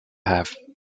have